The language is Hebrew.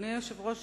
אדוני היושב-ראש,